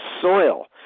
soil